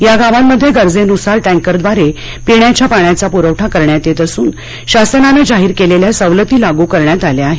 या गावांमध्ये गरजेनुसार टँकरद्वारे पिण्याच्या पाण्याचा प्रवठा करण्यात येत असून शासनानं जाहीर केलेल्या सवलती लागू करण्यात आल्या आहेत